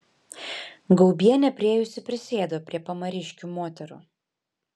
gaubienė priėjusi prisėdo prie pamariškių moterų